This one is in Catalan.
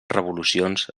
revolucions